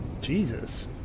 Jesus